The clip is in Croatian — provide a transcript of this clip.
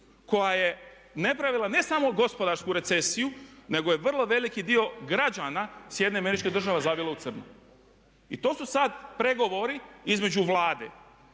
koja je napravila ne samo gospodarsku recesiju nego je vrlo veliki dio građana SAD-a zavilo u crno. I to su sada pregovori između Vlade.